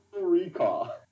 Recall